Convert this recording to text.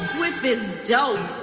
with this dope